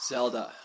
Zelda